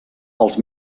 els